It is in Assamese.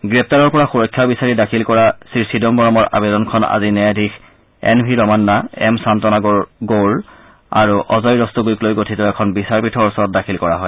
গ্ৰেপ্তাৰৰ পৰা সূৰক্ষা বিচাৰি দাখিল কৰা শ্ৰী চিদাম্বৰমৰ আবেদনখন আজি ন্যায়াধীশ এন ভি ৰমন্না এম শাল্বনাগৌড়ৰ আৰু অজয় ৰস্তোগিক লৈ গঠিত এখন বিচাৰপীঠৰ ওচৰত দাখিল কৰা হয়